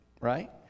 Right